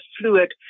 fluid